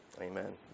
Amen